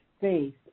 faith